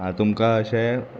आं तुमकां अशें